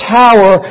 tower